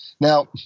Now